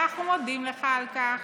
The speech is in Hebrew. ואנחנו מודים לך על כך,